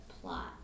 plot